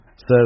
says